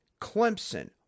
Clemson